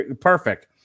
perfect